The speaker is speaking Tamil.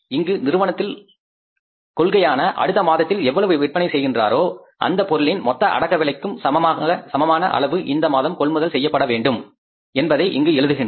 இங்கு நிறுவனத்தின் கொள்கையான அடுத்த மாதத்தில் எவ்வளவு விற்பனை செய்யகின்றாரோ அந்த பொருளின் மொத்த அடக்க விளைக்கும் சமமான அளவு இந்த மாதம் கொள்முதல் செய்யப்பட வேண்டும் என்பதை இங்கு எழுதுகின்றோம்